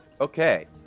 Okay